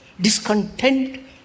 discontent